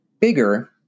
bigger